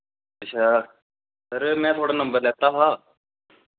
अच्छा सर मैं थोआड़ा नंबर लैता हा